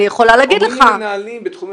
אני יכולה להגיד לך --- אומרים לי מנהלים בתחומים,